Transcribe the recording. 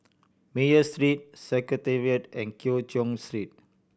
Meyer Street Secretariat and Keng Cheow Street